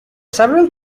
several